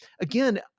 again